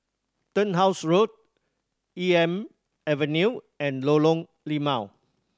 Turnhouse Road Elm Avenue and Lorong Limau